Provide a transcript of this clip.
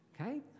Okay